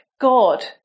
God